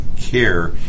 care